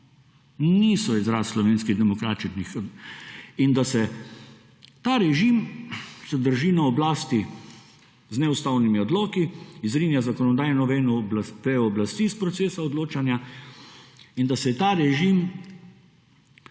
Niso izraz slovenskih demokratičnih vrednot. In da ta režim se drži na oblasti z neustavnimi odloki, izrinja zakonodajno vejo oblasti iz procesa odločanja. In da se je ta režim